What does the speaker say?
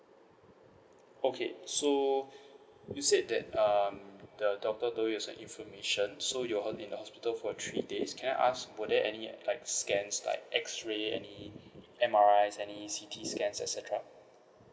okay so you said that um the doctor told you as information so you're on in a hospital for three days can I ask were there any like scans like X ray any M_R_I any C_T scan et cetera